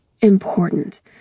important